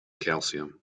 calcium